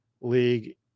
league